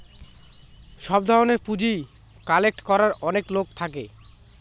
সব ধরনের পুঁজি কালেক্ট করার অনেক লোক থাকে